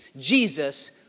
Jesus